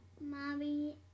Mummy